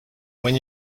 when